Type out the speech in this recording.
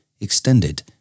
extended